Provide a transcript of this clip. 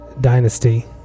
Dynasty